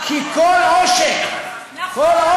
כי כל עושק, נכון.